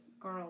girl